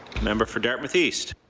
member for dartmouth east.